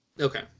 Okay